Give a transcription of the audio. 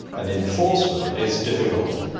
and enforcement is difficult.